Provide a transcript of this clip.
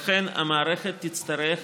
לכן המערכת תצטרך